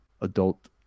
adult